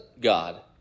God